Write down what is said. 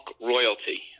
royalty